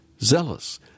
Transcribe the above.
zealous